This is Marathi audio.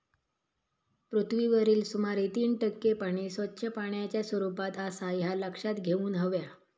पृथ्वीवरील सुमारे तीन टक्के पाणी स्वच्छ पाण्याच्या स्वरूपात आसा ह्या लक्षात घेऊन हव्या